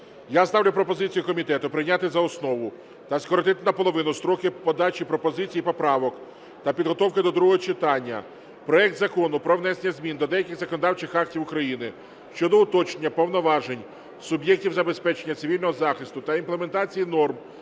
Я ставлю пропозицію комітету прийняти за основу та скоротити наполовину строки подачі пропозицій і поправок та підготовки до другого читання проект Закону про внесення змін до деяких законодавчих актів України щодо уточнення повноважень суб'єктів забезпечення цивільного захисту та імплементації норм